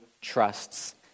trusts